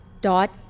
Dot